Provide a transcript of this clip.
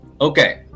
Okay